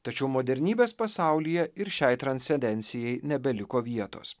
tačiau modernybės pasaulyje ir šiai transcedencijai nebeliko vietos